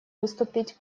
выступить